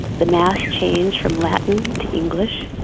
the mass changed from latin to english.